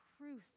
truth